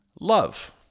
love